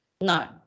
No